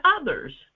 others